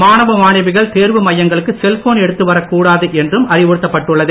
மாணவ மாணவிகள் தேர்வு மையங்களுக்கு செல்போன் எடுத்துவரக் கூடாது என்றும் அறிவுறுத்தப்பட்டுள்ளது